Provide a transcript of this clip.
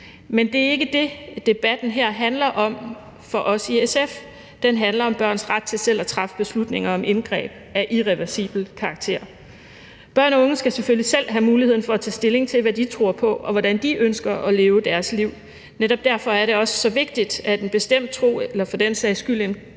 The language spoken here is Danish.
Men det er ikke det, debatten her handler om for os i SF; den handler om børns ret til selv at træffe beslutninger om indgreb af irreversibel karakter. Med børn og unge skal selvfølgelig selv have mulighed for at tage stilling til, hvad de tror på, og hvordan de ønsker at leve deres liv. Netop derfor er det vigtigt, at en bestemt tro – eller for den sags skyld en